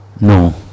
No